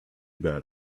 bad